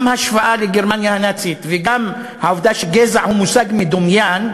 גם ההשוואה לגרמניה הנאצית וגם העובדה שגזע הוא מושג מדומיין,